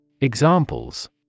Examples